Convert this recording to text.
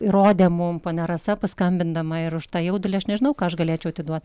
įrodė mum ponia rasa paskambindama ir už tą jaudulį aš nežinau ką aš galėčiau atiduot